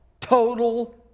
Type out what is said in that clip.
total